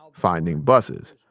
um finding buses.